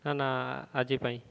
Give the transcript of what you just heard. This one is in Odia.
ନା ନା ଆଜି ପାଇଁ